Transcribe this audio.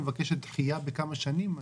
היא מבקשת דחייה בכמה שנים?